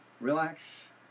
Relax